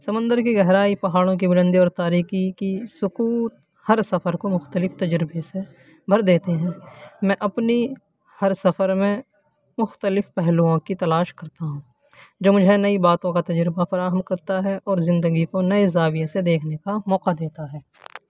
سمندر کی گہرائی پہاڑوں کی بلندی اور تاریکی کی سکوت ہر سفر کو مخلتف تجربے سے بھر دیتے ہیں میں اپنی ہر سفر میں مخلتف پہلوؤں کی تلاش کرتا ہوں جو مجھے نئی باتوں کا تجربہ فراہم کرتا ہے اور زندگی کو نئے زاویے سے دیکھنے کا موقع دیتا ہے